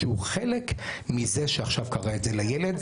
שהוא חלק מזה שעכשיו קרה את זה לילד.